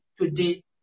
today